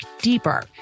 deeper